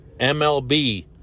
MLB